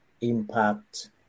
impact